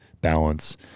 balance